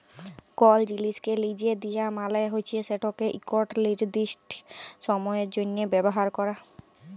call জিলিসকে লিজে দিয়া মালে হছে সেটকে ইকট লিরদিস্ট সময়ের জ্যনহে ব্যাভার ক্যরা